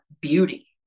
beauty